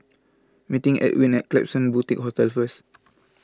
meeting Edwin at Klapsons Boutique Hotel first